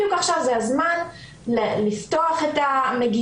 בדיוק עכשיו זה הזמן לפתוח את המגירות,